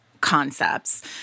concepts